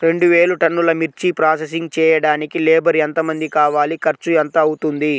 రెండు వేలు టన్నుల మిర్చి ప్రోసెసింగ్ చేయడానికి లేబర్ ఎంతమంది కావాలి, ఖర్చు ఎంత అవుతుంది?